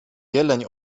jeleń